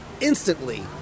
instantly